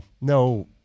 no